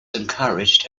encouraged